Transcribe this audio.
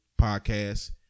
podcast